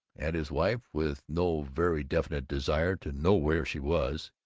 at his wife, with no very definite desire to know where she was.